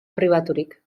pribaturik